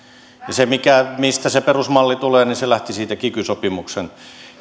ja mistä se perusmalli tulee se lähti siitä kiky sopimuksen